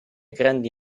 grandi